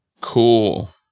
Cool